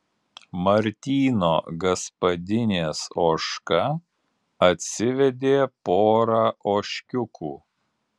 martyno gaspadinės ožka atsivedė porą ožkiukų